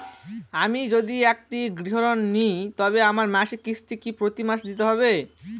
আমি যদি একটি গৃহঋণ নিই তবে আমার মাসিক কিস্তি কি প্রতি মাসে দিতে হবে?